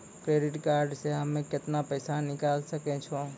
Credit card से हम्मे केतना पैसा निकाले सकै छौ?